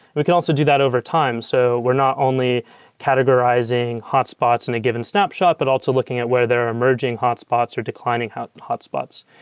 we can also do that over time. so we're not only categorizing hotspots in a given snapshot, but also looking at where there are emerging hotspots or declining hotspots.